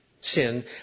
sin